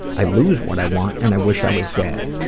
i lose what i want and i wish i was dead.